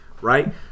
right